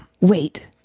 Wait